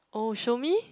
oh show me